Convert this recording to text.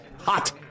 Hot